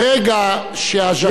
ברגע שהז'קט יוכל להצביע,